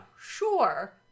Sure